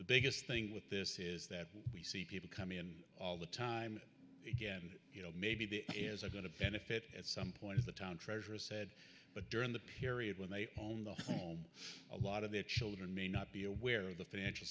the biggest thing with this is that we see people coming in all the time again you know maybe the heirs are going to benefit at some point in the town treasurer said but during the period when they own the home a lot of their children may not be aware of the financial